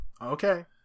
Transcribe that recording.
okay